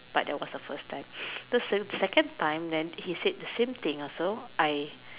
but that was the first time so second time then he said the same thing also I